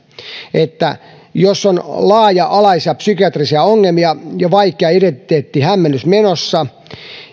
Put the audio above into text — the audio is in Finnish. että jos on laaja alaisia psykiatrisia ongelmia ja vaikea identiteettihämmennys menossa